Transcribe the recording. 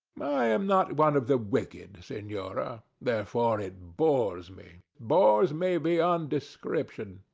i am not one of the wicked, senora therefore it bores me, bores me beyond description,